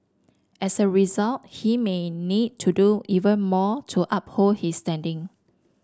as a result he may need to do even more to uphold his standing